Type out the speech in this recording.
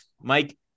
Mike